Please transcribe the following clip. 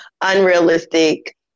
unrealistic